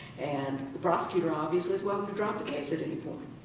and the prosecutor, obviously, is welcome to drop the case at any point.